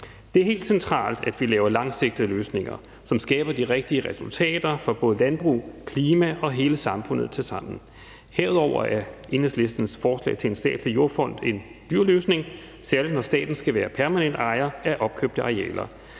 Det er helt centralt, at vi laver langsigtede løsninger, som skaber de rigtige resultater for både landbrug, klima og hele samfundet. Herudover er Enhedslistens forslag til en statslig jordfond en dyr løsning, særligt når staten skal være permanent ejer af opkøbte arealer.